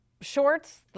shorts